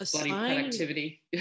productivity